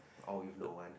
oh if no one